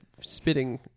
spitting